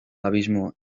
abismo